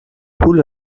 pool